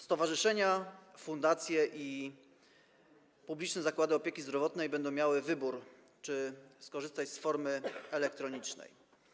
Stowarzyszenia, fundacje i publiczne zakłady opieki zdrowotnej będą miały wybór, czy skorzystać z formy elektronicznej.